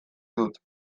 dut